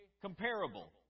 comparable